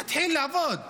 ותתחיל לעבוד,